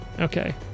Okay